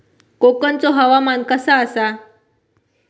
कोकनचो हवामान कसा आसा?